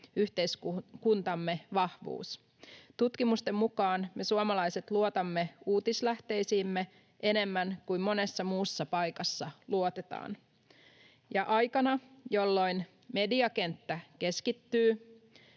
yhteiskuntamme vahvuus. Tutkimusten mukaan me suomalaiset luotamme uutislähteisiimme enemmän kuin monessa muussa paikassa luotetaan. Aikana, jolloin mediakenttä keskittyy,